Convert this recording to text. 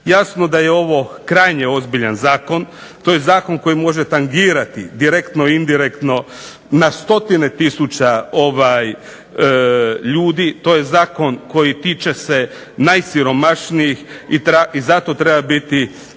Jasno da je ovo krajnje ozbiljan zakon, to je zakon koji može tangirati direktno, indirektno na stotine tisuća ljudi. To je zakon koji tiče se najsiromašnijih i zato treba biti